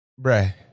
bruh